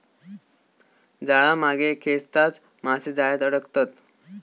जाळा मागे खेचताच मासे जाळ्यात अडकतत